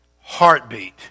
heartbeat